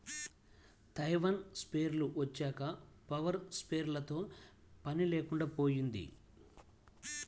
Taiwan స్ప్రేయర్లు వచ్చాక power స్ప్రేయర్లతో పని లేకుండా పోయింది